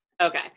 Okay